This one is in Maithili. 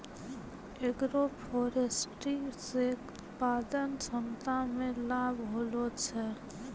एग्रोफोरेस्ट्री से उत्पादन क्षमता मे लाभ होलो छै